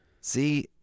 See